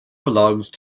belonged